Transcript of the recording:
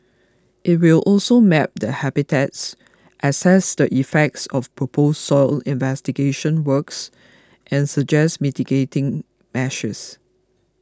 it will also map the habitats assess the effects of proposed soil investigation works and suggest mitigating measures